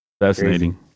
fascinating